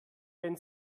wenn